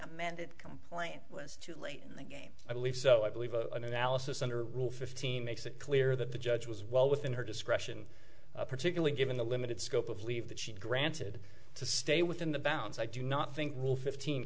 amended complaint was too late in the game i believe so i believe a new analysis under rule fifteen makes it clear that the judge was well within her discretion particularly given the limited scope of leave that she granted to stay within the bounds i do not think rule fifteen